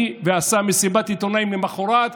ועשה מסיבת עיתונאים למוחרת והודיע: